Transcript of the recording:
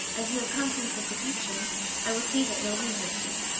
as you have come to me for protection i will see that nobody hurts you.